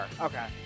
okay